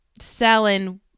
selling